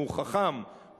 הוא חכם,